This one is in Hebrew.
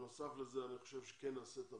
בנוסף לזה אני חושב שכן נעשית עבודה,